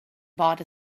bought